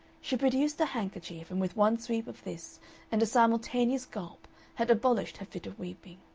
she produced a handkerchief, and with one sweep of this and a simultaneous gulp had abolished her fit of weeping.